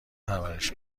پرورش